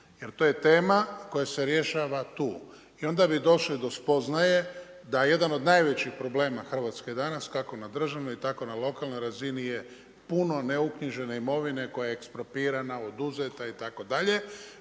Jer to je tema koja se rješava tu. I onda bi došli do spoznaje, da je jedan od najvećih problema Hrvatske danas, kako na državnoj, tako na lokalnoj razini je puno neuknjižene imovine, koja je eksploatirana, oduzeta itd.